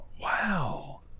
Wow